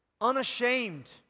unashamed